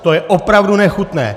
To je opravdu nechutné!